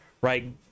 right